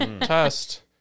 test